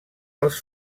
dels